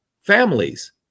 families